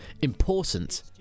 Important